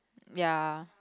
ya